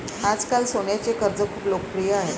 आजकाल सोन्याचे कर्ज खूप लोकप्रिय आहे